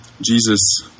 Jesus